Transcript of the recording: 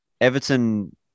Everton